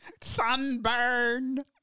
Sunburn